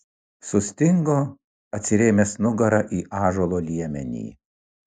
sustingo atsirėmęs nugara į ąžuolo liemenį